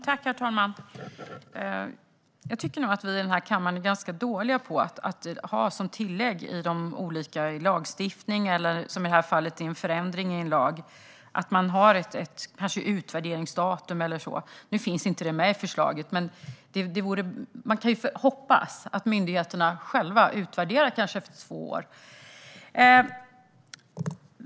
Herr talman! Jag tycker nog att vi i den här kammaren är ganska dåliga på att som tillägg i olika lagstiftningar eller, som i det här fallet, i en förändring i en lag ha ett utvärderingsdatum eller liknande. Nu finns inte det med i förslaget, men man kan hoppas att myndigheterna själva utvärderar efter kanske två år.